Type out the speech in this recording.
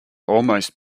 almost